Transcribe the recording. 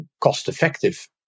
cost-effective